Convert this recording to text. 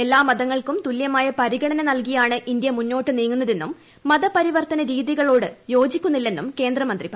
എല്ലാ മതങ്ങൾക്കും തുല്യമായ പരിഗണന നൽകിയാണ് ഇന്ത്യ മുന്നോട്ട് നീങ്ങുന്നതെന്നും മതപരിവർത്തന രീതികളോട് യോജിക്കുന്നില്ലെന്നും കേന്ദ്രമന്ത്രി പറഞ്ഞു